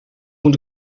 moet